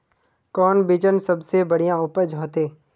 कौन बिचन सबसे बढ़िया उपज होते?